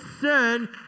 sin